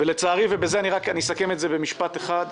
לצערי, ואני אסכם את זה במשפט אחד: